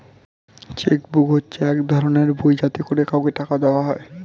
check book হচ্ছে এক ধরনের বই যাতে করে কাউকে টাকা দেওয়া হয়